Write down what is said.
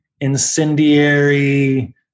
incendiary